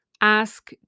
ask